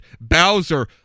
Bowser